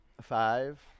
five